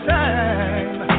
time